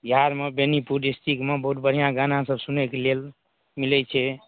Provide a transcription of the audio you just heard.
बिहारमे बेनीपुर डिस्ट्रिक्टमे बहुत बढ़िआँ गानासभ सुनैके लेल मिलै छै